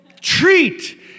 treat